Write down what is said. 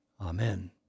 Amen